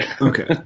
Okay